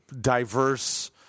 diverse—